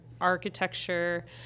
architecture